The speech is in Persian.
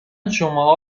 شماها